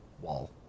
wall